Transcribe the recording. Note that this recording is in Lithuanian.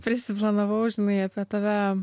prisiplanavau žinai apie tave